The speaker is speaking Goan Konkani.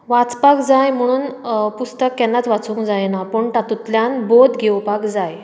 वाचपाक जाय म्हुणून पुस्तक केन्नाच वाचूंक जायना पूण तातुंतल्यान बोध घेवपाक जाय